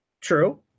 true